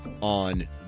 on